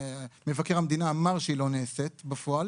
מבקר המדינה אמר שהיא לא נעשית בפועל.